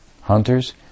Hunters